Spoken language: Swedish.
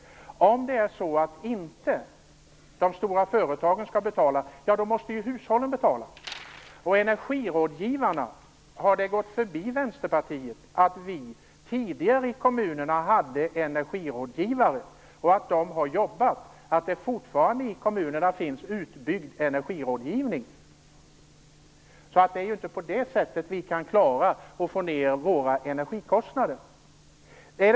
Om de stora företagen inte skall betala måste hushållen betala. Har det gått förbi Vänsterpartiet att vi tidigare i kommunerna hade energirådgivare och att de har jobbat med dessa frågor? Det finns fortfarande i kommunerna utbyggd energirådgivning. Det är inte på det sättet vi kan klara att få ned våra energikostnader.